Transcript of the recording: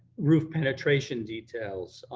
roof penetration details,